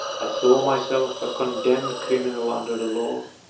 i saw myself a condemned criminal under the law,